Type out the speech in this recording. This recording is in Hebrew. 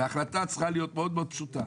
וההחלטה צריכה להיות מאוד מאוד פשוטה.